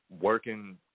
working